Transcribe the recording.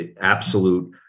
absolute